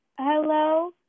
Hello